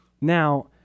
Now